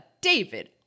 David